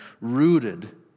rooted